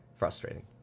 frustrating